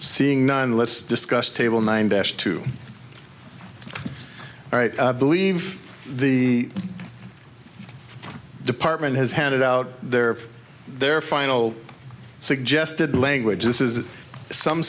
seeing nine let's discuss table nine dash two all right i believe the department has handed out their their final suggested language this is some